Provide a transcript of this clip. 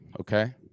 Okay